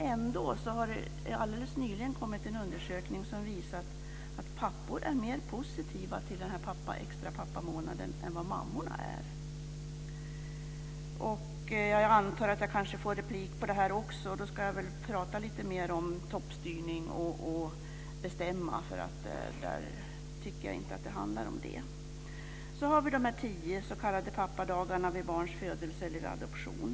Ändå har det alldeles nyligen kommit en undersökning som visar att pappor är mera positiva till extra pappamånaden än vad mammorna är. Jag antar att jag får replik så ska jag säga mer om toppstyrning, för jag tycker inte att det handlar om det. Så har vi de tio s.k. pappadagarna vid barns födelse eller adoption.